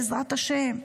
בעזרת השם".